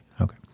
Okay